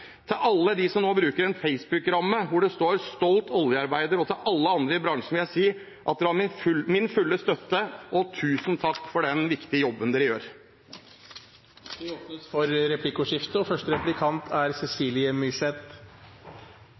Til alle dem som nå bruker en Facebook-ramme hvor det står «Stolt Oljearbeider», og til alle andre i bransjen vil jeg si: Dere har min fulle støtte, og tusen takk for den viktige jobben dere gjør. Det blir replikkordskifte.